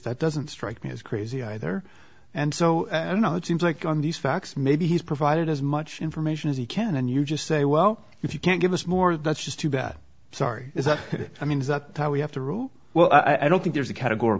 that doesn't strike me as crazy either and so you know it seems like on these facts maybe he's provided as much information as he can and you just say well if you can't give us more that's just too bad sorry is that i mean we have to rule well i don't think there's a categor